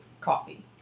coffee